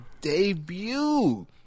debut